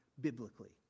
biblically